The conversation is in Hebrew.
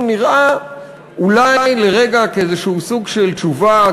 נראה אולי לרגע כאיזשהו סוג של תשובה,